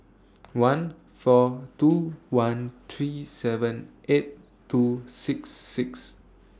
one four two one three seven eight two six six